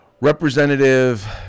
Representative